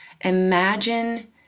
imagine